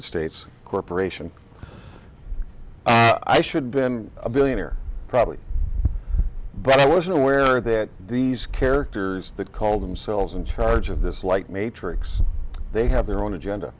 states corp i should been a billionaire probably but i wasn't aware that these characters that call themselves in charge of this light matrix they have their own agenda